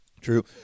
True